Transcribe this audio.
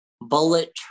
Bullet